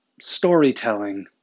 storytelling